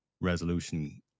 resolution